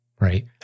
right